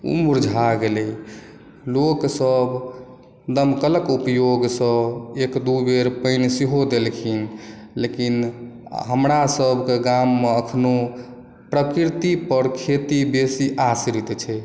ओ मुरझा गेलै लोकसभ दमकलक उपयोगसँ एक दू बेर पानि सेहो देलखिन लेकिन हमरासभके गाममे एखनहु प्रकृतिपर खेती बेसी आश्रित छै